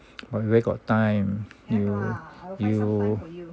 but you where got time you you